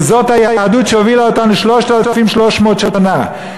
וזאת היהדות שהובילה אותנו 3,300 שנה.